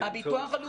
הביטוח הלאומי.